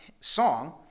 song